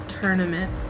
tournament